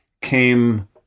came